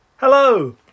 Hello